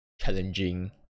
challenging